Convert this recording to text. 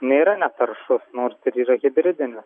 nėra netaršus nors ir yra hibridinis